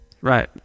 Right